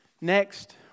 Next